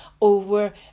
over